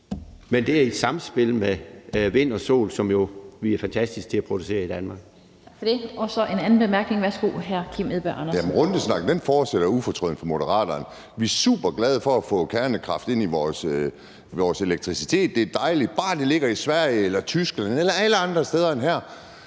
men det er i samspil med det fra vind og sol, som vi jo er fantastiske til at producere i Danmark.